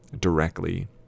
directly